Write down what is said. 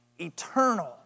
eternal